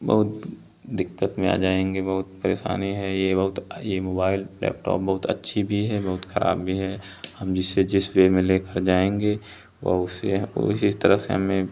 बहुत दिक़्क़त में आ जाएंगे बहुत परेशानी है यह बहुत यह मुबाइल लैपटॉप बहुत अच्छी भी है बहुत ख़राब भी है हम इसे जिस वे में लेकर जाएंगे वह उसी उस ही तरफ से हमें